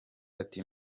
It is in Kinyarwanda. ati